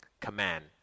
command